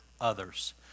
others